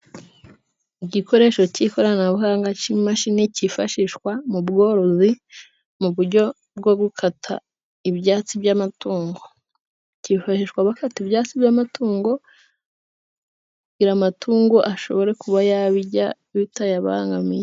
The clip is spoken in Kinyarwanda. Igikoresho cy’ikoranabuhanga cy’imashini cyifashishwa mu bworozi mu buryo bwo gukata ibyatsi by’amatungo. Cyifashishwa bafata ibyatsi by’amatungo kugira ngo amatungo ashobore kuba yabirya bitayabangamiye.